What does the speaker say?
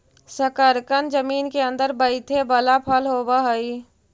शकरकन जमीन केअंदर बईथे बला फल होब हई